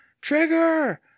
Trigger